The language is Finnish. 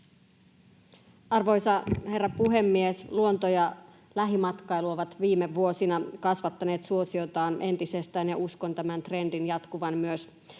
Arvoisa herra puhemies! Luonto‑ ja lähimatkailu ovat viime vuosina kasvattaneet suosiotaan entisestään, ja uskon tämän trendin jatkuvan myös